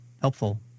helpful